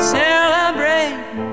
celebrate